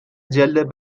جلد